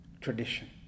tradition